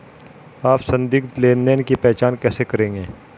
आप संदिग्ध लेनदेन की पहचान कैसे करेंगे?